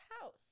house